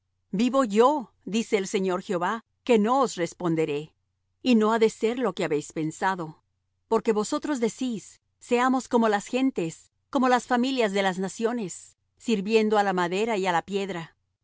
vivo yo dice el señor jehová que no os responderé y no ha de ser lo que habéis pensado porque vosotros decís seamos como las gentes como las familias de las naciones sirviendo á la madera y á la piedra